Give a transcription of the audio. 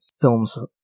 films